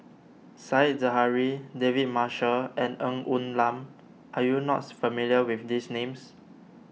Said Zahari David Marshall and Ng Woon Lam are you not familiar with these names